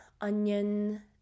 onion